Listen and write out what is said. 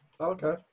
Okay